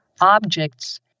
objects